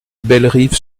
bellerive